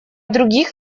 других